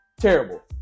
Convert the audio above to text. terrible